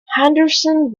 henderson